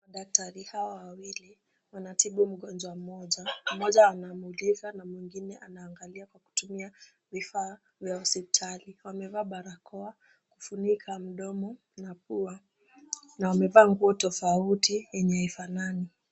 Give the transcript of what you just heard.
Daktari hawa wawili wanatibu mgonjwa mmoja. Mmoja anamuliza na mwingine anaangalia kwa kutumia vifaa vya hospitali. Wamevaa barakoa kufunika mdomo na pua, na wamevaa nguo tofauti yenye haifanani.